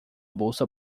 bolsa